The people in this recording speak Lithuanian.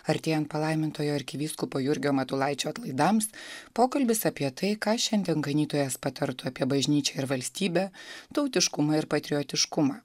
artėjant palaimintojo arkivyskupo jurgio matulaičio atlaidams pokalbis apie tai ką šiandien ganytojas patartų apie bažnyčią ir valstybę tautiškumą ir patriotiškumą